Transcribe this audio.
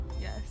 yes